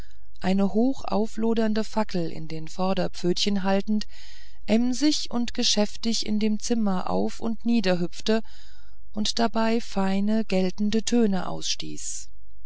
eine hochauflodernde fackel in den vorderpfötchen haltend emsig und geschäftig in dem zimmer auf und nieder hüpfte und dabei feine geltende töne ausstieß